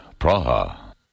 Praha